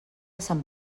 sant